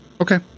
okay